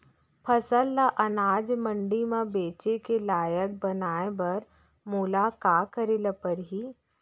फसल ल अनाज मंडी म बेचे के लायक बनाय बर मोला का करे ल परही?